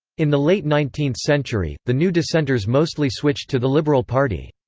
in the late nineteenth century, the new dissenters mostly switched to the liberal party.